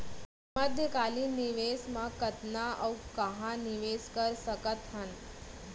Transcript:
मध्यकालीन निवेश म कतना अऊ कहाँ निवेश कर सकत हन?